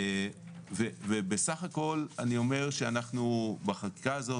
בסך הכול בחקיקה הזאת,